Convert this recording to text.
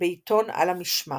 בעיתון "על המשמר"